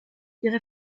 ihre